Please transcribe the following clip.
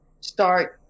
start